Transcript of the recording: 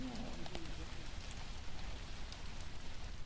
what are we doing different now with this group?